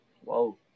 Whoa